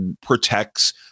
protects